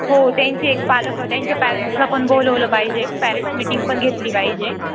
हो त्यांची एक पालक त्यांच्या पॅरेंट्सला पण बोलवलं पाहिजे पॅरेट्स मीटिंग पण घेतली पाहिजे